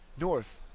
North